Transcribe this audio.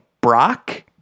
Brock